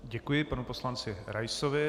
Děkuji panu poslanci Raisovi.